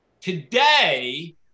today